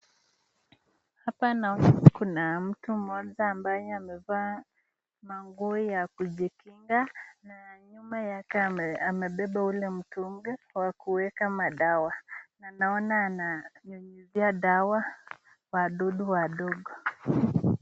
Hapa naona kuna mtu mmoja ambaye amevaa manguo ya kujikinga na nyuma yake amebeba ule mtungi wa kuweka madawa na naona ananyunyuzia dawa wadudu wadogo.